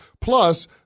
Plus